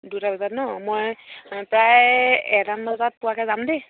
দুটা বজাত ন মই প্ৰায় এটামান বজাত পোৱাকৈ যাম দেই